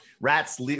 rats